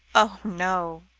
oh! no.